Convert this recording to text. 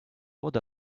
what